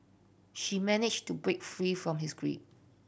she managed to break free from his grip